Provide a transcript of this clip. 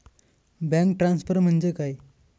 Bank transfer म्हणजे काय?